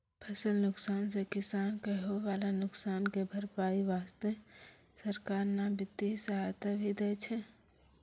फसल नुकसान सॅ किसान कॅ होय वाला नुकसान के भरपाई वास्तॅ सरकार न वित्तीय सहायता भी दै छै